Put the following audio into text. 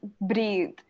breathe